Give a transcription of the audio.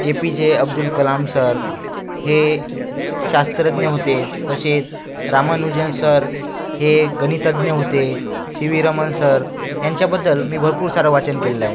ए P J Abdul Kalam sir हे श् शास्त्रज्ञ होते तसेच रामानुजन सर हे गणितज्ञ होते सी व्ही रमन सर यांच्याबद्दल मी भरपूर सारं वाचन केलं आहे